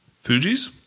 Fuji's